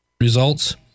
results